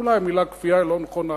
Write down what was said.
אולי המלה כפייה היא לא נכונה,